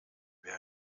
wer